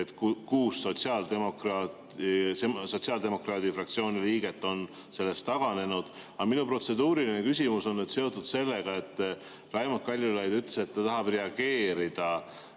sotsiaaldemokraatide fraktsiooni kuus liiget on sellest taganenud. Aga minu protseduuriline küsimus on seotud sellega, et Raimond Kaljulaid ütles, et ta tahab reageerida